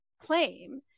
claim